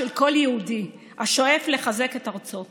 של כל יהודי השואף לחזק את ארצו.